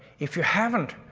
if you haven't,